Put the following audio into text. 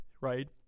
right